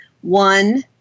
one